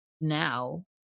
now